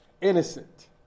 innocent